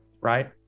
right